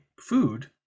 Food